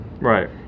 right